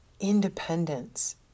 independence